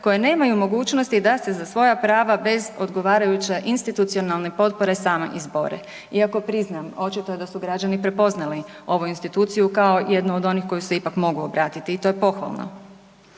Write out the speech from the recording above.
koje nemaju mogućnosti da se za svoja prava bez odgovarajuće institucionalne potpore sami izbore. Iako priznajem, očito je da su građani prepoznali ovu instituciju kao jednu od onih kojoj se ipak mogu obratiti i to je pohvalno.